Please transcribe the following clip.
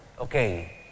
okay